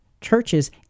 Churches